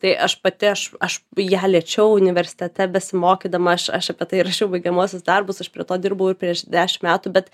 tai aš pati aš aš ją liečiau universitete besimokydama aš aš apie tai rašiau baigiamuosius darbus aš prie to dirbau ir prieš dešim metų bet